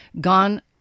gone